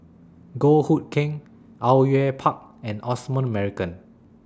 Goh Hood Keng Au Yue Pak and Osman Merican